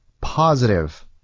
positive